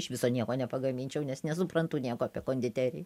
iš viso nieko nepagaminčiau nes nesuprantu nieko apie konditeriją